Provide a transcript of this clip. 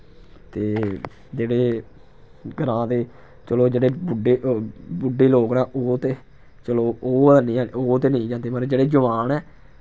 ते जेह्ड़े ग्रांऽ दे चलो जेह्ड़े बुड्ढे बुड्ढे लोक न ओह् ते चलो ओह् हैनी हैन ओह् ते नेईं जन्दे मगर जेह्ड़े जवान ऐ